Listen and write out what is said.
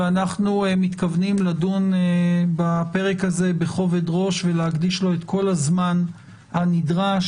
ואנחנו מתכוונים לדון בפרק הזה בכובד ראש ולהקדיש לו את כל הזמן הנדרש